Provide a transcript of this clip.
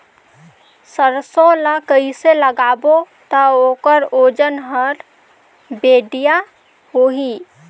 सरसो ला कइसे लगाबो ता ओकर ओजन हर बेडिया होही?